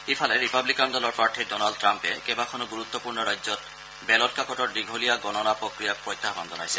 ইফালে ৰিপাৱিকান দলৰ প্ৰাৰ্থী ডনাল্ড ট্ৰাম্পে কেইবাখনো গুৰুত্পূৰ্ণ ৰাজ্যত বেলট কাকতৰ দীঘলীয়া গণনা প্ৰক্ৰিয়াত প্ৰত্যাহবান জনাইছে